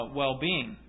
well-being